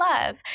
love